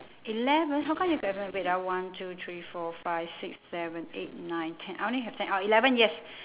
eleven how come you got eleven wait ah one two three four five six seven eight nine ten I only have ten oh eleven yes